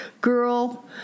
girl